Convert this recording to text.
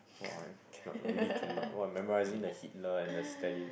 !wah! I cannot really cannot !wah! memorising the Hitler and the Stalin ah